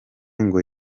ngo